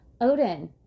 Odin